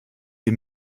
die